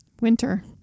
Winter